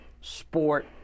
sport